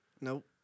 Nope